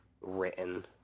written